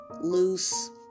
loose